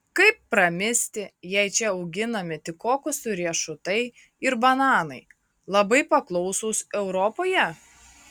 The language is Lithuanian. kaip pramisti jei čia auginami tik kokosų riešutai ir bananai labai paklausūs europoje